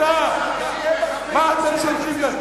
משוגעים,